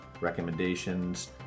recommendations